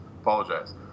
apologize